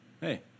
Hey